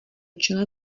čele